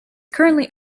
currently